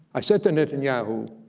i said to netanyahu,